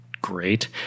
great